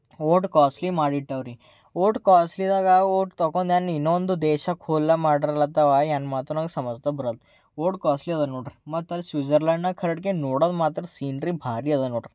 ಅಷ್ಟು ಕ್ವಾಸ್ಲಿ ಮಾಡಿಬಿಟ್ಟಾವರಿ ಅಷ್ಟು ಕ್ವಾಸ್ಲಿದಾಗೆ ಅಷ್ಟು ತೊಗೊಂದು ಏನು ಇನ್ನೊಂದು ದೇಶಕ್ಕೆ ಹೋಲ್ನ ಮಾಡಲತ್ತಾವೋ ಏನು ಮಾತಾಡೋ ಸಮಜ್ದಾಗೆ ಬರಲ್ದು ಅಷ್ಟು ಕ್ವಾಸ್ಲಿ ಅದ ನೋಡ್ರಿ ಮತ್ತೆ ಅದು ಸ್ವಿಝರ್ಲ್ಯಾಂಡ್ನಾಗ ಖರೆಕ್ಟ್ಗೆ ನೋಡೋಕ್ಕೆ ಮಾತ್ರ ಸೀನ್ ರೀ ಭಾರಿ ಇದೆ ನೋಡ್ರಿ